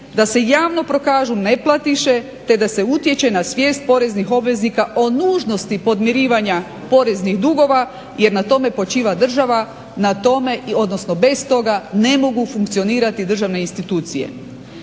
da se javno prokažu neplatiše te da se utječe na svijest poreznih obveznika o nužnosti podmirivanja poreznih dugova jer na tome počiva država, bez toga ne mogu funkcionirati državne institucije.